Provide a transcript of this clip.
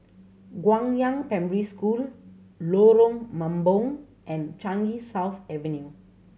Guangyang Primary School Lorong Mambong and Changi South Avenue